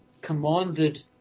commanded